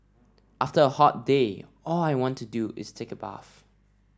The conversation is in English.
after a hot day all I want to do is take a bath